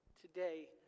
today